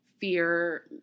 fear